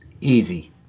Easy